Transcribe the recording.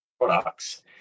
products